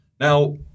Now